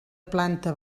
planta